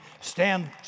Stand